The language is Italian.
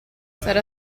sarà